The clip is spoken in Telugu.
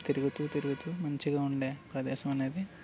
తిరుగుతూ తిరుగుతూ మంచిగా ఉండే ప్రదేశం అనేది